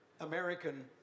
American